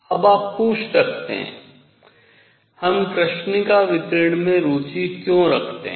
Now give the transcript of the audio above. अब आप पूछ सकते हैं हम कृष्णिका विकिरण में रुचि क्यों रखते हैं